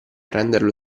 renderlo